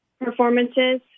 performances